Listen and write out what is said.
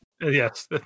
Yes